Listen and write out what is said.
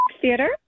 theater